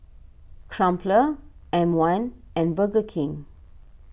Crumpler M one and Burger King